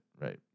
Right